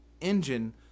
engine